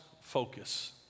focus